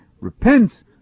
Repent